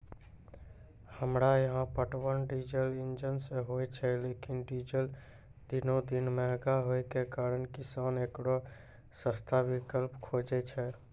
हमरा यहाँ पटवन डीजल इंजन से होय छैय लेकिन डीजल दिनों दिन महंगा होय के कारण किसान एकरो सस्ता विकल्प खोजे छैय?